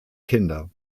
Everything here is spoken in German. kinder